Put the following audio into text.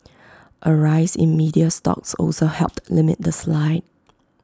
A rise in media stocks also helped limit the slide